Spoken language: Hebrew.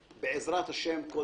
בעזרת השם לא